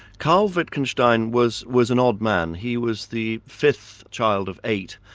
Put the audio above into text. karl wittgenstein was was an odd man. he was the fifth child of eight,